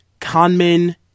conmen